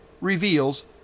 reveals